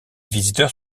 visiteurs